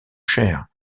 cher